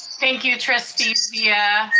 thank you trustee so yeah